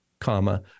comma